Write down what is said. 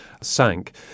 sank